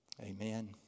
Amen